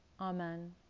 Amen